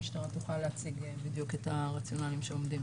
המשטרה תוכל להציג בדיוק את הרציונלים שעומדים